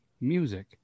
music